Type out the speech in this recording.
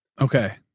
Okay